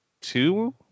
two